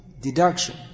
deduction